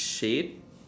shade